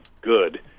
good